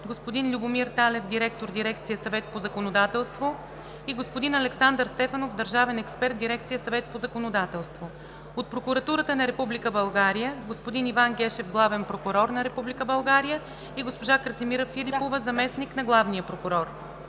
господин Любомир Талев, директор дирекция „Съвет по законодателство“, и господин Александър Стефанов, държавен експерт в дирекция „Съвет по законодателство“; - Прокуратурата на Република България – господин Иван Гешев, главен прокурор, и госпожа Красимира Филипова, заместник на главния прокурор;